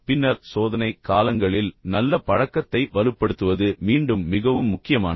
பின்னர் சோதனை காலங்களில் நல்ல பழக்கத்தை வலுப்படுத்துவது மீண்டும் மிகவும் முக்கியமானது